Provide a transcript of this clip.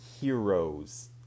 heroes